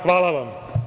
Hvala vam.